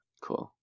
Cool